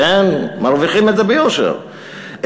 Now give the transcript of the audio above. מרוויחים את זה ביושר,